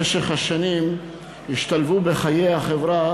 השתלבו במשך השנים בחיי החברה,